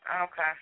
Okay